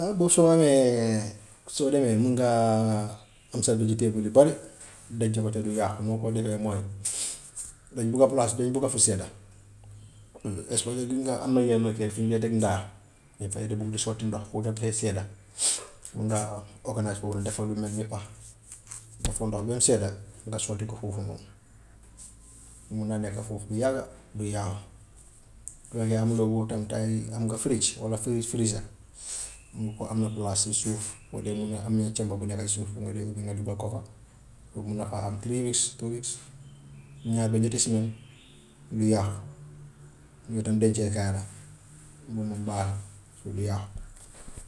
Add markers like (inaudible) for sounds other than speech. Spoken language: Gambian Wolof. Waaw ba soo amee soo demee mun ngaa am sa (unintelligible) lu bari denc ko te du yàqu, noo ko defee mooy. (noise) Dañ bugga palaa dañ bugga fu sedda, (unintelligible) am na yenn kay fuñ dee teg ndaa, dañ fay di bugg di sotti ndox foofu daf koy sedda (noise) mun ngaa organize foofu noonu def fa lu mel ni pax (noise) def fa ndox ba mu sedda nga sotti ko foofu noonu, (noise) mun na nekk foofu lu yàgga du yàqu. (noise) Su fekkee amuloo boobu tam te am nga fridge walla fridge friger (noise) mun nga ko am na galaas ci suuf (noise) walla mun am na (unintelligible) bu nekka ci suuf mun nga dee ut li nga dugal ko fa, kooku mun na faa am three weeks, two weeks, ñaar ba ñetti semaines (noise) du yàqu, (noise) yooyu tam denceekaay la (noise) mun na (unintelligible) te du yàqu. (noise)